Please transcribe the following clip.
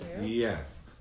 Yes